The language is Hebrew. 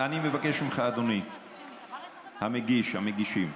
מבקש ממך, אדוני המגיש, והמגישים,